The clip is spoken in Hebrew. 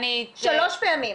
שלוש פעמים.